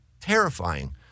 terrifying